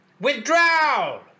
withdraw